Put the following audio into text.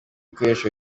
bikoresho